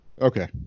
Okay